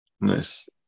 Nice